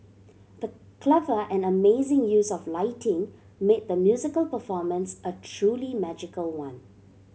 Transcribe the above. the clever and amazing use of lighting made the musical performance a truly magical one